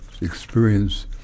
experience